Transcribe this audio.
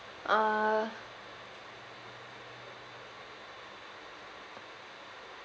uh